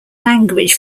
language